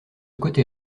côté